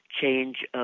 change